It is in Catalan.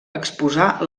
exposar